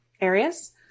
areas